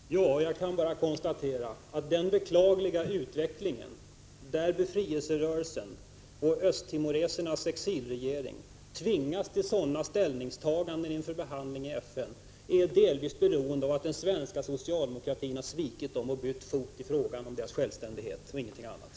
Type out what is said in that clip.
Herr talman! Jag kan bara konstatera att den beklagliga utvecklingen — där befrielserörelsen och östtimoresernas exilregering tvingas till sådana ställningstaganden inför behandlingen i FN — är delvis beroende av att den svenska socialdemokratin har svikit dem och bytt fot i frågan om deras 117 självständighet.